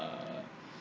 uh